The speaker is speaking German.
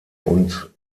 und